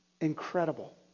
Incredible